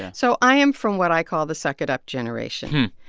so i am from what i call the suck-it-up generation.